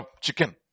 chicken